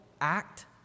act